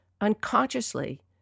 unconsciously